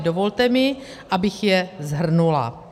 Dovolte mi, abych je shrnula.